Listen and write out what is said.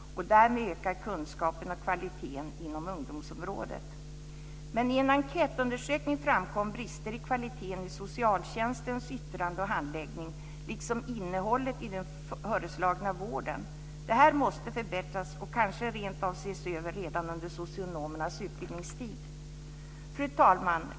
Därmed ökar kunskapen och kvaliteten inom ungdomsområdet. Men i en enkätundersökning framkom brister i kvaliteten i socialtjänstens yttranden och handläggning, liksom i innehållet i den föreslagna vården. Det här måste förbättras och kanske rentav ses över redan under socionomernas utbildningstid. Fru talman!